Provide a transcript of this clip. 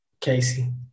Casey